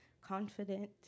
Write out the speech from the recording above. confident